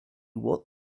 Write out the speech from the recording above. what